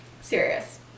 Serious